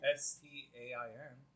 stain